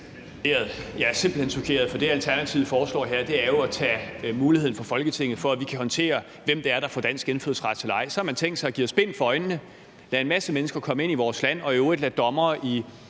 Jeg er simpelt hen chokeret. For det, Alternativet foreslår her, er jo at tage muligheden for, at vi kan kontrollere, hvem det er, der får dansk indfødsret eller ej, fra Folketinget. Så har man tænkt sig at give os bind for øjnene, lade en masse mennesker komme ind i vores land og i øvrigt lade dommere